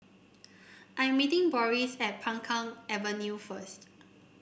I'm meeting Boris at Peng Kang Avenue first